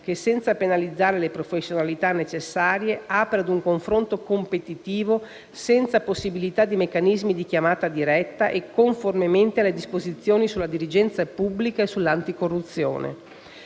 che, senza penalizzare le professionalità necessarie, apre ad un confronto competitivo senza possibilità di meccanismi di chiamata diretta e conformemente alle disposizioni sulla dirigenza pubblica e sull'anticorruzione.